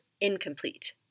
incomplete